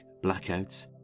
blackouts